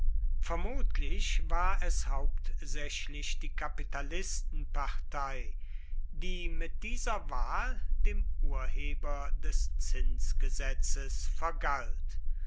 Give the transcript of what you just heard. vermutlich war es hauptsächlich die kapitalistenpartei die mit dieser wahl dem urheber des zinsgesetzes vergalt